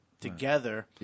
together